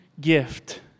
gift